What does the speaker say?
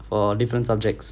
for different subjects